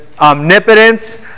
Omnipotence